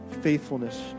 faithfulness